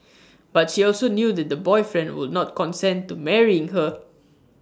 but she also knew that the boyfriend would not consent to marrying her